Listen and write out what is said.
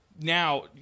Now